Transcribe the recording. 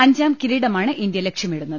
അഞ്ചാം കിരീടമാണ് ഇന്ത്യ ലക്ഷ്യമിടുന്നത്